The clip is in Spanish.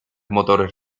motores